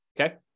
okay